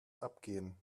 abgehen